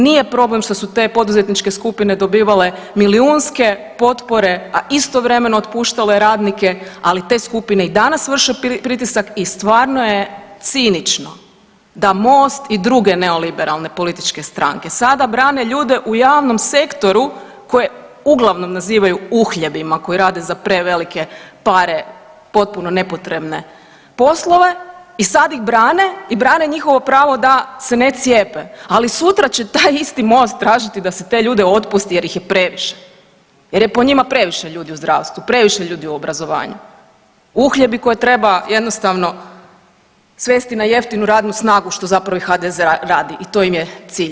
Nije problem što su te poduzetničke skupine dobivale milijunske potpore, a istovremeno otpuštale radnike, ali te skupine i danas vrše pritisak i stvarno je cinično da MOST i druge neoliberalne političke stranke sada brane ljude u javnom sektoru koje uglavnom nazivaju uhljebima koji rade za prevelike pare potpuno nepotrebne poslove i sad ih brane i brane njihovo pravo da se ne cijepe, ali sutra će taj isti MOST tražiti da se te ljude otpusti jer ih je previše jer je po njima previše ljudi u zdravstvu, previše ljudi u obrazovanju, uhljebi koje treba jednostavno svesti na jeftinu radnu snagu što zapravo i HDZ radi i to im je cilj.